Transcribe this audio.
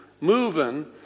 moving